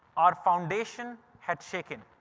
our foundation had shaken.